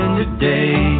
today